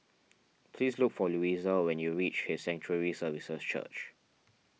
please look for Louisa when you reach His Sanctuary Services Church